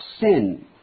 sin